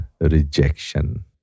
rejection